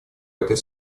этой